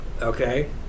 Okay